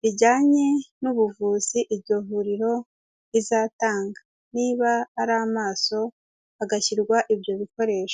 bijyanye n'ubuvuzi iryo vuriro rizatanga. Niba ari amaso, hagashyirwa ibyo bikoresho.